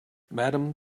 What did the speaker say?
madam